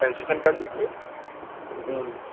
concession कर दीजिये ह्म्म